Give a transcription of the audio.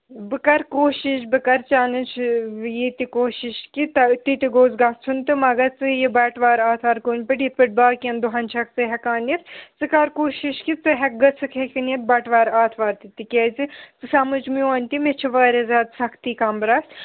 بہٕ کَرٕ کوٗشِش بہٕ کَرٕ چانٮ۪ن ییٚتہِ کوٗشِش کہِ تَہ تِتہِ گوٚژھ گژھُن تہٕ مگر ژٕ یہِ بَٹوار آتھوار کُنہِ پٲٹھۍ یِتھ پٲٹھۍ باقٕیَن دۄہَن چھَکھ ژٕ ہٮ۪کان یِتھ ژٕ کَر کوٗشِش کہِ ژٕ ہٮ۪ک گٔژھٕکھ ہٮ۪کٕنۍ یِتھ بَٹوار آتھوار تہِ تِکیٛازِ ژٕ سَمٕج میون تہِ مےٚ چھِ واریاہ زیادٕ سختی کَمرَس